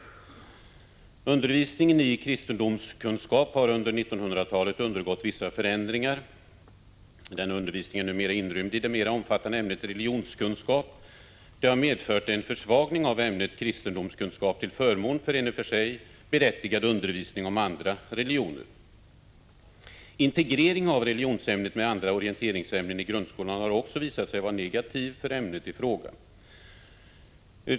Undervisningen i kristendomskunskap har under 1900-talet undergått vissa förändringar. Denna undervisning är numera inrymd i det mera omfattande ämnet religionskunskap. Det har medfört en försvagning av ämnet kristendomskunskap till förmån för en i och för sig berättigad undervisning om andra religioner. Integrering av religionsämnet med andra orienteringsämnen i grundskolan har också visat sig vara negativ för ämnet i fråga.